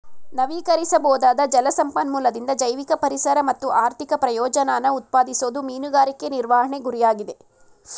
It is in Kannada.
ನವೀಕರಿಸಬೊದಾದ ಜಲ ಸಂಪನ್ಮೂಲದಿಂದ ಜೈವಿಕ ಪರಿಸರ ಮತ್ತು ಆರ್ಥಿಕ ಪ್ರಯೋಜನನ ಉತ್ಪಾದಿಸೋದು ಮೀನುಗಾರಿಕೆ ನಿರ್ವಹಣೆ ಗುರಿಯಾಗಿದೆ